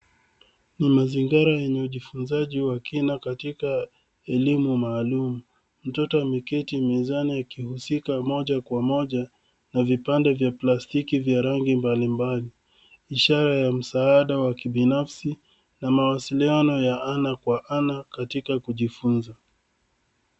Ni mazingira yenye ujifunzaji wa kina katika elimu maalum. Mtoto ameketi mezani akihusika moja kwa moja na vipande vya plastiki vya rangi mbalimbali, ishara ya msaada wa kibinafsi na mawasiliano ya ana kwa ana katika kujifunza.